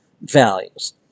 values